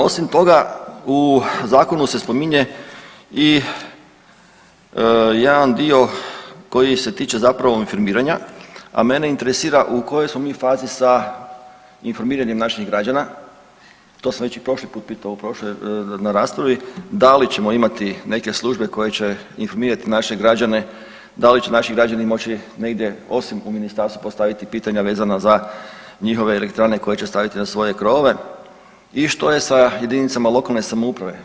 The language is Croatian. Osim toga u zakonu se spominje i jedan dio koji se tiče informiranja, a mene interesira u kojoj smo mi fazi sa informiranjem naših građana, to sam već i prošli put pitao u prošloj na raspravi, da li ćemo imati neke službe koje će informirati naše građane da li će naši građani moći negdje osim u ministarstvu postaviti pitanja vezana za njihove elektrane koje će staviti na svoje krovove i što je sa jedinicama lokalne samouprave?